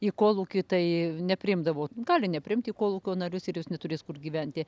į kolūkį tai nepriimdavo gali nepriimt į kolūkio narius ir jis neturės kur gyventi